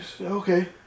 Okay